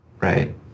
Right